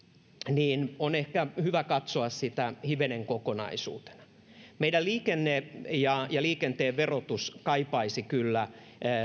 niin on ehkä hyvä katsoa sitä hivenen kokonaisuutena meillä liikenne ja ja liikenteen verotus kaipaisi kyllä